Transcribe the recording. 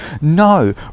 no